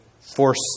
force